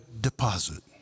deposit